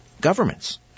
governments